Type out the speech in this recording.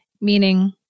meaning